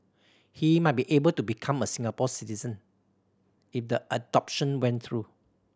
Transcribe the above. he might be able to become a Singapore citizen if the adoption went through